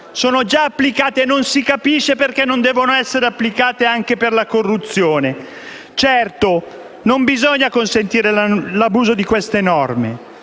sono già applicate, e non si capisce perché non debbano essere applicate anche per la corruzione. Certo, non bisogna consentire l'abuso delle norme